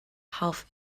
half